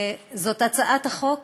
זאת הצעת החוק